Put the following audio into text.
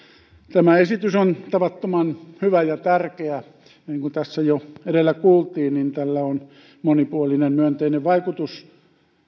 tämä esitys on tavattoman hyvä ja tärkeä niin kuin tässä jo edellä kuultiin tällä on monipuolinen myönteinen vaikutus